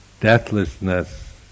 deathlessness